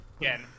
again